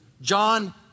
John